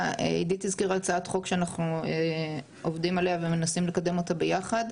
עידית הזכירה הצעת חוק שאנחנו עובדים עליה ומנסים לקדם אותה ביחד,